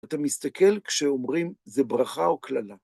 אתה מסתכל כשאומרים, זה ברכה או קללה.